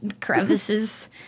crevices